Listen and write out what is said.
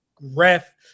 ref